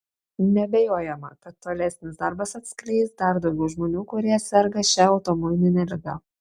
neabejojama kad tolesnis darbas atskleis dar daugiau žmonių kurie serga šia autoimunine liga